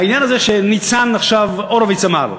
העניין הזה שניצן הורוביץ אמר עכשיו,